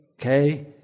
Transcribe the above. Okay